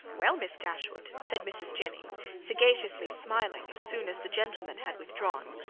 well, miss dashwood, said mrs. jennings, sagaciously smiling, as soon as the gentleman had withdrawn,